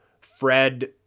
Fred